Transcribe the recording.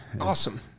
Awesome